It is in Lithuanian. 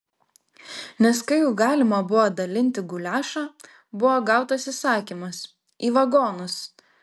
nes kai jau galima buvo dalinti guliašą buvo gautas įsakymas į vagonus